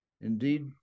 indeed